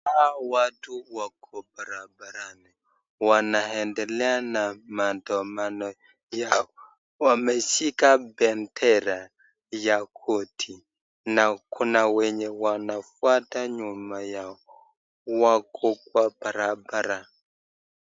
Hawa watu wako barabarani, wanaendelea na maandamano yao, wameshika bendera ya korti na kuna wenye wanafuata nyuma yao, wako kwa barabara.